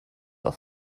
war